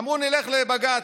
אמרו: נלך לבג"ץ.